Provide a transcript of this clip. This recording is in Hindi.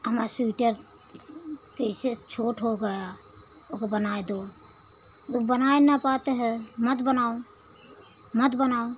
हमार स्वीटर कैसे छोट हो गया ओका बनाय दो ओ बनाय न पाते हैं मत बनाओ मत बनाओ